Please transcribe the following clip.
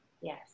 Yes